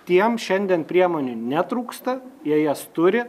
tiem šiandien priemonių netrūksta jie jas turi